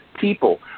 people